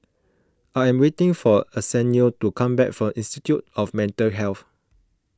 I am waiting for Arsenio to come back from Institute of Mental Health